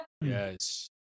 Yes